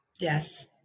Yes